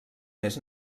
més